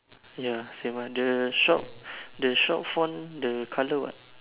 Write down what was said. ya same ah the shop the shop font the colour what